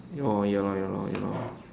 oh ya lor ya lor ya lor